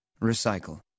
Recycle